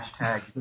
hashtag